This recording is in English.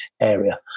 area